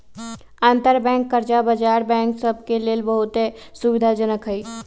अंतरबैंक कर्जा बजार बैंक सभ के लेल बहुते सुविधाजनक हइ